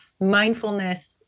Mindfulness